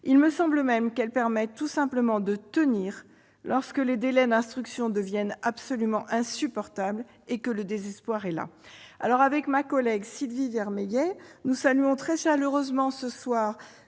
Il me semble même qu'elles permettent tout simplement de « tenir », lorsque les délais d'instruction deviennent absolument insupportables et que le désespoir s'installe. Avec ma collègue Sylvie Vermeillet, nous saluons très chaleureusement Gérald